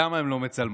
למה הן לא מצלמות?